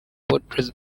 boutros